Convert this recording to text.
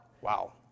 Wow